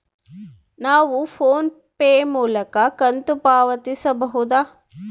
ನಾವು PhonePe ಮೂಲಕ ಕಂತು ಪಾವತಿಸಬಹುದಾ?